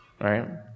Right